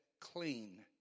clean